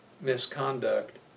misconduct